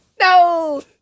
No